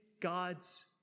God's